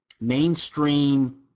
mainstream